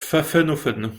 pfaffenhoffen